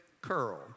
curl